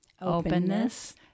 openness